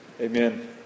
amen